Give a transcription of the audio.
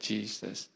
Jesus